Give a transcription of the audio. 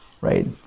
right